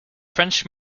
french